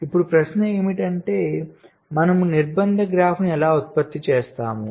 ఇప్పుడు ప్రశ్న ఏమిటంటే మనము నిర్బంధ గ్రాఫ్ను ఎలా ఉత్పత్తి చేస్తాము